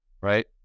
Right